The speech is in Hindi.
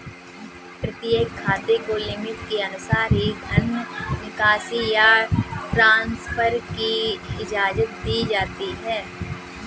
प्रत्येक खाते को लिमिट के अनुसार ही धन निकासी या ट्रांसफर की इजाजत दी जाती है